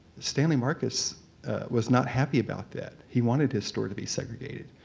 stanley marcus was not happy about that. he wanted his store to be segregated.